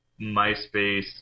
MySpace